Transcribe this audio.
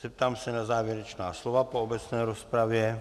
Zeptám se na závěrečná slova po obecné rozpravě?